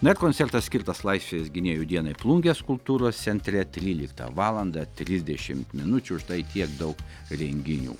na ir koncertas skirtas laisvės gynėjų dienai plungės kultūros centre tryliktą valandą trisdešimt minučių štai tiek daug renginių